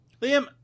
Liam